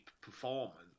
performance